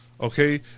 Okay